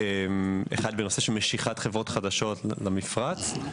בנושא של משיכת חברות חדשות למפרץ,